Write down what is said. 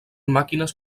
màquines